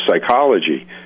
psychology